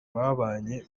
babanye